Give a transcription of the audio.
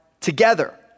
together